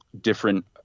different